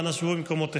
אנא שבו במקומותיכם.